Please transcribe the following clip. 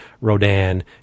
rodan